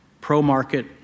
pro-market